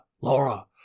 Laura